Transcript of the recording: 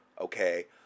Okay